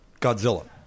Godzilla